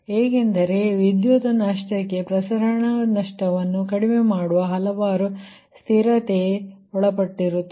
ಏಕೆಂದರೆ ವಿದ್ಯುತ್ ನಷ್ಟಕ್ಕೆ ಪ್ರಸರಣ ನಷ್ಟವನ್ನು ಕಡಿಮೆ ಮಾಡುವ ಹಲವಾರು ಸ್ಥಿರತೆಗೆ ಒಳಪಟ್ಟಿರುತ್ತದೆ